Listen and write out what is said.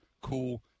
cool